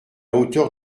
hauteur